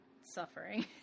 suffering